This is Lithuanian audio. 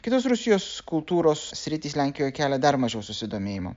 kitos rusijos kultūros sritys lenkijoj kelia dar mažiau susidomėjimo